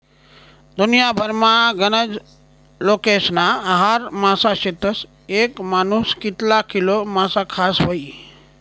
दुन्याभरमा गनज लोकेस्ना आहार मासा शेतस, येक मानूस कितला किलो मासा खास व्हयी?